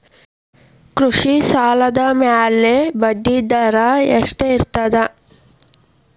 ಕೃಷಿ ಸಾಲದ ಮ್ಯಾಲೆ ಬಡ್ಡಿದರಾ ಎಷ್ಟ ಇರ್ತದ?